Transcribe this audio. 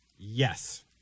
Yes